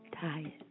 tired